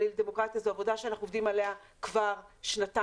זו עבודה שאנחנו עובדים עליה כבר שנתיים.